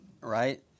right